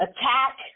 attack